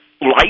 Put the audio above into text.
life